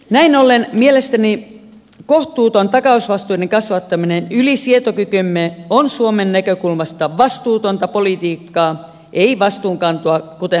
näin ollen mielestäni kohtuuton takausvastuiden kasvattaminen yli sietokykymme on suomen näkökulmasta vastuutonta politiikkaa ei vastuunkantoa kuten hallitus väittää